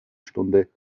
stunde